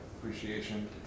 appreciation